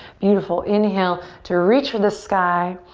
beautiful. inhale to reach for the sky.